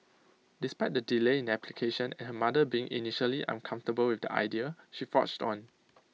despite the delay in application and her mother being initially uncomfortable with the idea she forged on